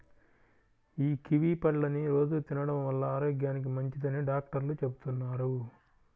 యీ కివీ పళ్ళని రోజూ తినడం వల్ల ఆరోగ్యానికి మంచిదని డాక్టర్లు చెబుతున్నారు